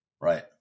Right